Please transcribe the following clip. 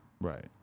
right